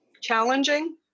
challenging